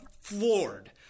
floored